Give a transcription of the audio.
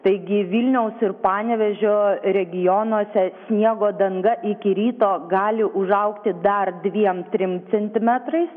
taigi vilniaus ir panevėžio regionuose sniego danga iki ryto gali užaugti dar dviem trim centimetrais